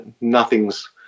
nothing's